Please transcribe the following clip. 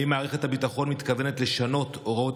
1. האם מערכת הביטחון מתכוונת לשנות את הוראות